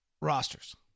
rosters